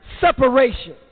separation